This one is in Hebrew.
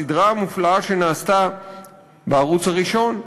הסדרה המופלאה שנעשתה בערוץ הראשון,